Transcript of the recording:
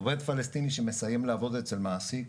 עובד פלסטיני שמסיים לעבוד אצל מעסיק,